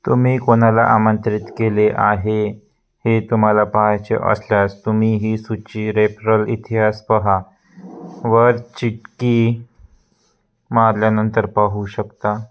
तुम्ही कोणाला आमंत्रित केले आहे हे तुम्हाला पाहायचे असल्यास तुम्ही ही सूची रेफ्रल इतिहास पहा वर टिचकी मारल्यानंतर पाहू शकता